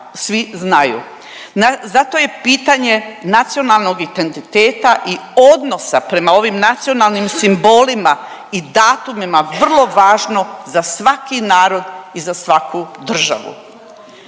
Zato je pitanje nacionalnog identiteta i odnosa prema ovim nacionalnim simbolima i datumima vrlo važno za svaki narod i za svaku državu,